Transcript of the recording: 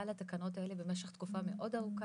על התקנות האלה במשך תקופה מאוד ארוכה.